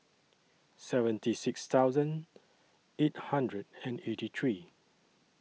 seventy six thousand eight hundred and eighty three